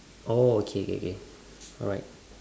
oh okay okay okay alright